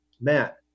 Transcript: Matt